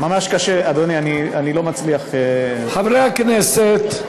ממש קשה, אדוני, אני לא מצליח, חברי הכנסת.